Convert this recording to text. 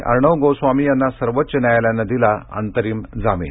अर्णव गोस्वामी यांना सर्वोच्च न्यायालयानं दिला अंतरिम जामीन